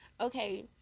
Okay